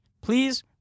Please